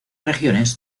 regiones